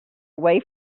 away